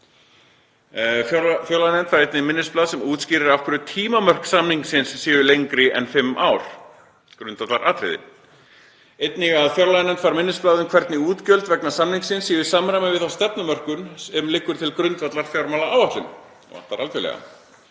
Fjárlaganefnd fær einnig minnisblað sem útskýrir af hverju tímamörk samningsins séu lengri en fimm ár, sem er grundvallaratriði. Einnig fær fjárlaganefnd minnisblað um hvernig útgjöld vegna samningsins séu í samræmi við þá stefnumörkun sem liggur til grundvallar fjármálaáætlun — þetta vantar algerlega.